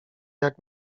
jak